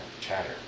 chatter